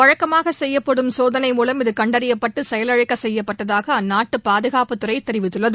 வழக்கமாக செய்யப்படும் சோதனை மூலம் இது கண்டறியப்பட்டு செயலிழக்க செய்யப்பட்டதாக அந்நாட்டு பாதுகாப்புத் துறை தெரிவித்துள்ளது